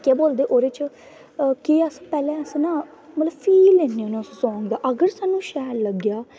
केह् बोल दे उ'दे च केह् अस पैह्लें अस नां फील लैन्ने होन्ने उस सांग दा अगर साह्नूं शैल लग्गेआ